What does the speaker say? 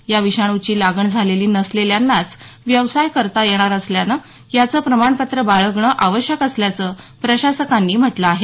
या विषाणुची लागण झालेली नसलेल्यांनाच व्यवसाय करता येणार असल्यानं याचं प्रमाणपत्र बाळगणं आवश्यक असल्याचं प्रशासकांनी म्हटलं आहे